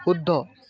শুদ্ধ